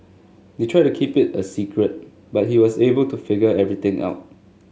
they tried to keep it a secret but he was able to figure everything out